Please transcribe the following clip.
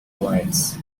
wives